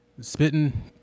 spitting